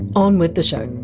on with the show